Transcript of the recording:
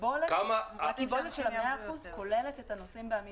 הקיבולת של ה-100% כוללת את הנוסעים בעמידה.